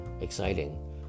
exciting